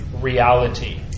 reality